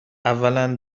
اولا